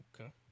okay